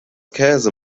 käse